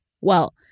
well-